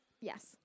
Yes